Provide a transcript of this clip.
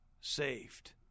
saved